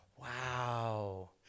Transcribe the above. Wow